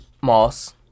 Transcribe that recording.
Moss